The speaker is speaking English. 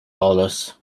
dollars